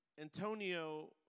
Antonio